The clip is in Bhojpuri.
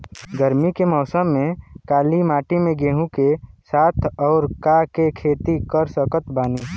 गरमी के मौसम में काली माटी में गेहूँ के साथ और का के खेती कर सकत बानी?